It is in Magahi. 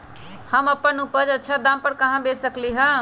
हम अपन उपज अच्छा दाम पर कहाँ बेच सकीले ह?